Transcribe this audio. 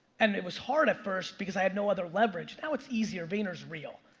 and it was hard at first because i had no other leverage. now it's easier. vayner's real,